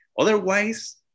Otherwise